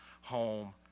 home